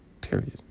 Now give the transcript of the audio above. Period